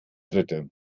dritte